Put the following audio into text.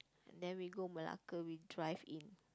and then we go Malacca with drive in